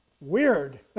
weird